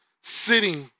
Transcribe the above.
sitting